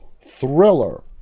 thriller